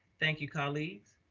thank you, colleagues,